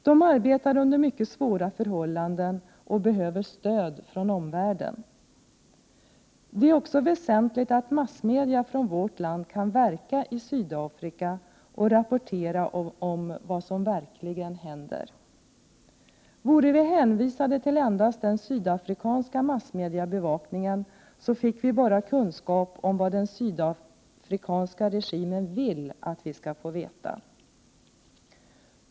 De arbetar under mycket svåra förhållanden och behöver stöd från omvärlden. Det är också väsentligt att massmedia från vårt land kan verka i Sydafrika och rapportera om vad som verkligen händer. Vore vi hänvisade till endast den sydafrikanska massmediabevakningen fick vi bara kunskap om vad den sydafrikanska regimen vill att vi skall få veta.